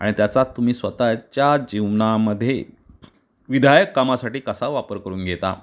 आणि त्याचा तुम्ही स्वतःच्या जीवनामध्ये विधायक कामासाठी कसा वापर करून घेता